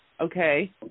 Okay